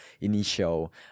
initial